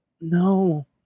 no